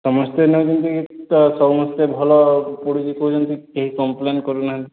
ସମସ୍ତେ ନେଉଛନ୍ତି କିଛି ତ ସମସ୍ତେ ଭଲ ପଡ଼ୁଛି କହୁଛନ୍ତି କେହି କମ୍ଲେନ୍ କରୁନାହାନ୍ତି